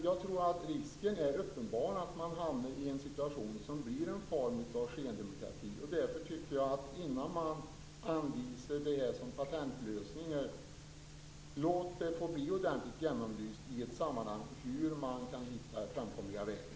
Jag tror att risken då är uppenbar att man hamnar i en situation som blir en form av skendemokrati. Därför tycker jag att man, innan man anvisar detta som patentlösning, låter frågan bli ordentligt genomlyst i ett sammanhang för att hitta en framkomlig väg.